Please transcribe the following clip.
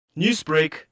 Newsbreak